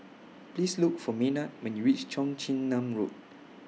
Please Look For Maynard when YOU REACH Cheong Chin Nam Road